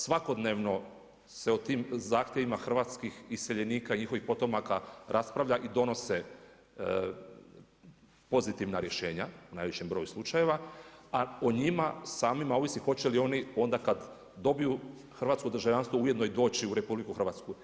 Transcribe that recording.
Svakodnevno se o tim zahtjevima hrvatskih iseljenika i njihovih potomaka raspravlja i donose pozitivna rješenja u najvećem broju slučajeva, a o njima samima ovisi hoće li oni onda kada dobiju hrvatsko državljanstvo ujedno i doći u Republiku Hrvatsku.